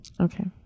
Okay